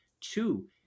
two